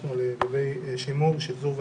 שביקשנו לגבי שימור שחזור והצגה.